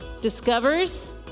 discovers